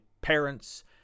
parents